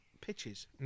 pitches